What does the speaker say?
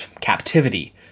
captivity